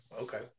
okay